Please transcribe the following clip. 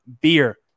Beer